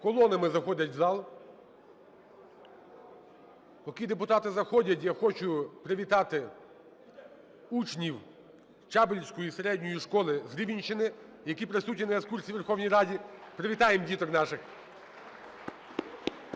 колонами заходять в зал. Поки депутати заходять, я хочу привітати учнів Чабельської середньої школи з Рівненщини, які присутні на екскурсії у Верховній Раді. Привітаємо діток наших!